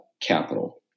capital